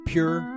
Pure